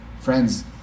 Friends